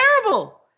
terrible